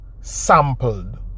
sampled